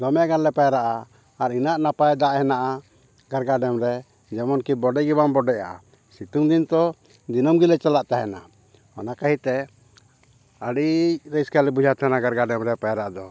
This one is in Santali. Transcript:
ᱫᱚᱢᱮ ᱜᱟᱱᱞᱮ ᱯᱟᱭᱨᱟᱜᱼᱟ ᱟᱨ ᱤᱱᱟᱹᱜ ᱱᱟᱯᱟᱭ ᱫᱟᱜ ᱦᱮᱱᱟᱜᱼᱟ ᱜᱟᱲᱜᱟ ᱰᱮᱢ ᱨᱮ ᱡᱮᱢᱚᱱ ᱠᱤ ᱵᱚᱰᱮᱜᱮ ᱵᱟᱝ ᱵᱚᱰᱮᱜᱼᱟ ᱥᱤᱛᱩᱝ ᱫᱤᱱ ᱛᱚ ᱫᱤᱱᱟᱹᱢ ᱜᱮᱞᱮ ᱪᱟᱞᱟᱜ ᱛᱟᱦᱮᱱᱟ ᱚᱱᱟ ᱠᱷᱟᱹᱛᱤᱨᱼᱛᱮ ᱟᱹᱰᱤ ᱨᱟᱹᱥᱠᱟᱹᱞᱮ ᱵᱩᱡᱷᱟᱹᱣ ᱛᱟᱦᱮᱱᱟ ᱜᱟᱲᱜᱟ ᱰᱮᱢ ᱨᱮ ᱯᱟᱭᱨᱟᱜ ᱫᱚ